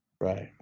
Right